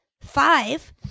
five